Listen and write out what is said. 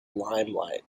limelight